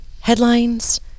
headlines